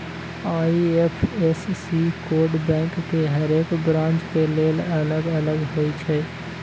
IFSC code bank के हरेक branch के लेल अलग अलग होई छै